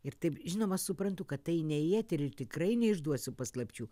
ir taip žinoma suprantu kad tai ne į eterį ir tikrai neišduosiu paslapčių